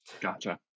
Gotcha